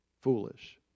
foolish